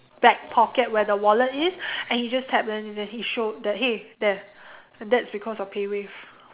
back pocket where the wallet is and he just tapped in and then he showed that hey there and that's because of PayWave